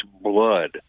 blood